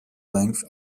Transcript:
length